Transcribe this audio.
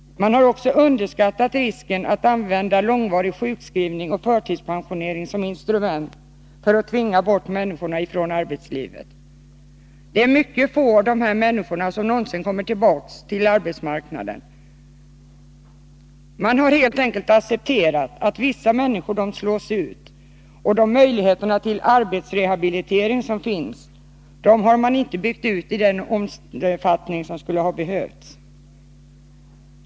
Man har också underskattat risken att använda långvarig sjukskrivning och förtidspensionering som instrument för att tvinga bort människor från arbetsmarknaden. De är mycket få av dessa människor som någonsin kommer tillbaka till arbetsmarknaden. Man har helt enkelt accepterat att vissa människor slås ut, och de möjligheter till arbetsrehabilitering som finns har man inte byggt ut i den omfattning som skulle ha behövts.